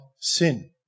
sin